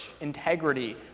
integrity